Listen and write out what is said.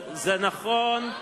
מה, לא?